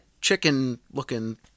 chicken-looking